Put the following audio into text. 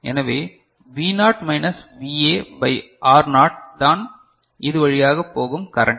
எனவே V naught minus VA by R naught தான் இது வழியாக போகும் கரண்ட்